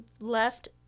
left